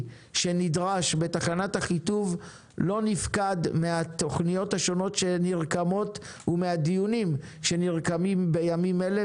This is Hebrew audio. שנדרש בתחנת אחיטוב לא נפקד מהתכניות השונות ומהדיונים שנרקמים בימים אלה,